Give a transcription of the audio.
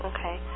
Okay